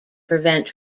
prevent